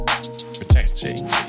Protecting